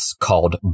called